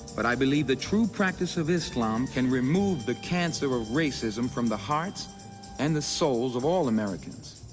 but i believe the true practice of islam can remove the cancer of racism from the hearts and the souls of all americans